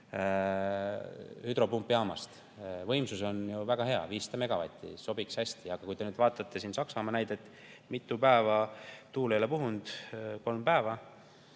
hüdropumpjaam. Võimsus on ju väga hea, 500 megavatti, sobiks hästi. Aga kui te vaatate Saksamaa näidet, mitu päeva tuul ei ole puhunud – kolm päeva